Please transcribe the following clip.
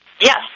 Yes